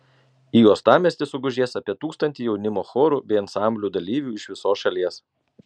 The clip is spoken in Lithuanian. į uostamiestį sugužės apie tūkstantį jaunimo chorų bei ansamblių dalyvių iš visos šalies